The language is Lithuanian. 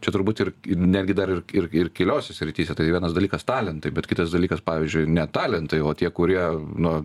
čia turbūt ir netgi dar ir ir ir kitose srityse tai vienas dalykas talentai bet kitas dalykas pavyzdžiui ne talentai o tie kurie nu